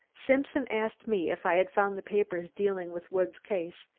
simpson asked me if i had found the papers dealing with woods' case,